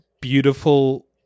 beautiful